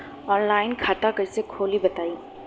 Online खाता कइसे खोली बताई?